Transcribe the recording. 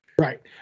Right